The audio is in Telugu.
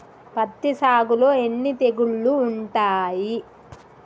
పత్తి సాగులో ఎన్ని తెగుళ్లు ఉంటాయి?